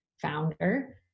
founder